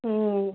ம்